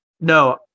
no